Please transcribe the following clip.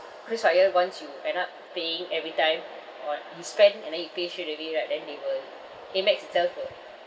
krisflyer once you end up paying every time on you spend and then you pay straightaway right then they will Amex itself will